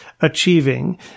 achieving